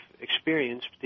experienced